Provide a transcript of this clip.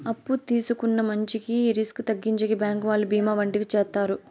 అప్పు తీసుకున్న మంచికి రిస్క్ తగ్గించేకి బ్యాంకు వాళ్ళు బీమా వంటివి చేత్తారు